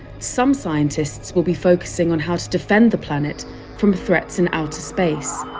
some scientists will be focusing on, how to defend the planet from threats in outer space